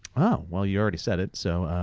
wow, well, you already said it. so,